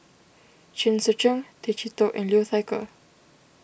Chen Sucheng Tay Chee Toh and Liu Thai Ker